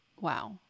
Wow